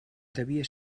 devia